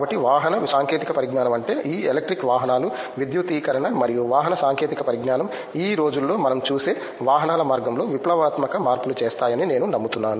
కాబట్టి వాహన సాంకేతిక పరిజ్ఞానం అంటే ఈ ఎలక్ట్రిక్ వాహనాలు విద్యుదీకరణ మరియు వాహన సాంకేతిక పరిజ్ఞానం ఈ రోజుల్లో మనం చూసే వాహనాల మార్గంలో విప్లవాత్మక మార్పులు చేస్తాయని నేను నమ్ముతున్నాను